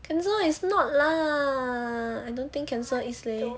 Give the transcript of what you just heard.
cancer is not lah I don't think cancer is leh definitely off said he said is november then before soggy is